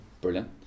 Brilliant